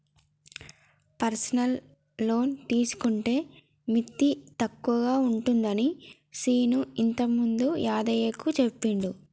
personal loan తీసుకుంటే మిత్తి తక్కువగా ఉంటుందని శీను ఇంతకుముందే యాదయ్యకు చెప్పిండు